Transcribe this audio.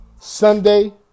Sunday